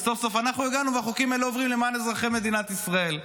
וסוף-סוף אנחנו הגענו והחוקים האלה עוברים למען אזרחי מדינת ישראל.